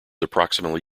approximately